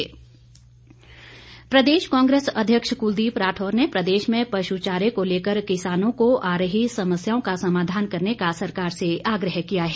कुलदीप राठौर प्रदेश कांग्रेस अध्यक्ष कुलदीप राठौर ने प्रदेश में पशुचारे को लेकर किसानों को आ रही समस्याओं का समाधान करने का सरकार से आग्रह किया है